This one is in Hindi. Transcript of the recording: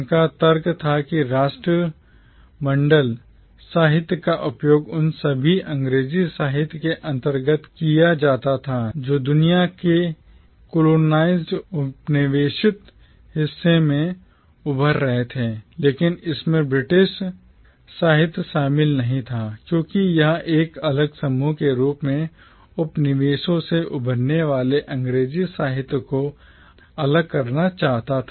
उनका तर्क था कि राष्ट्रमंडल साहित्य का उपयोग उन सभी अंग्रेजी साहित्य के अंतर्गत किया जाता था जो दुनिया के एक बार colonized उपनिवेशित हिस्सों से उभर रहे थे लेकिन इसमें British ब्रिटिश साहित्य शामिल नहीं था क्योंकि यह एक अलग समूह के रूप में उपनिवेशों से उभरने वाले अंग्रेजी साहित्य को अलग करना चाहता था